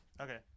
Okay